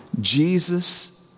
Jesus